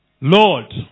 Lord